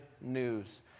news